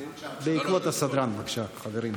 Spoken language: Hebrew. בעקבות הסדרן, בבקשה, חברים.